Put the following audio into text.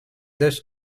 this